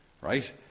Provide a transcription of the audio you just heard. right